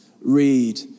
read